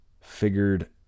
Figured